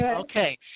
okay